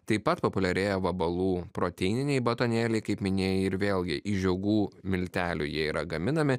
taip pat populiarėja vabalų proteininei batonėliai kaip minėjai ir vėlgi iš žiogų miltelių jie yra gaminami